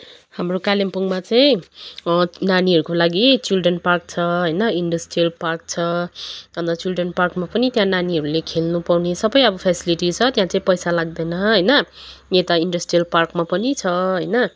हाम्रो कालिम्पोङमा चाहिँ नानीहरूको लागि चिल्ड्रेन्स पार्क छ होइन इन्डसट्रियल पार्क छ अन्त चिल्ड्रेन्स पार्कमा पनि त्यहाँ नानीहरूले खेल्नु पाउने सबै अब फ्यासिलिटी छ त्यहाँ चाहिँ पैसा लाग्दैन होइन यता इन्डसट्रियल पार्कमा पनि छ होइन